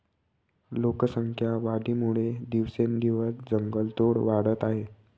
लोकसंख्या वाढीमुळे दिवसेंदिवस जंगलतोड वाढत आहे